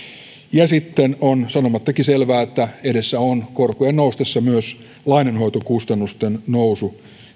sitten on sanomattakin selvää että edessä on korkojen noustessa myös lainanhoitokustannusten nousu